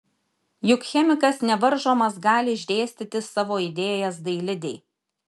juk chemikas nevaržomas gali išdėstyti savo idėjas dailidei